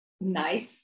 nice